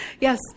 Yes